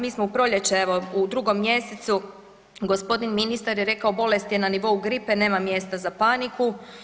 Mi smo u proljeće evo u 2. mjesecu gospodin ministar je rekao bolest je na nivou gripe nema mjesta za paniku.